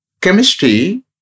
chemistry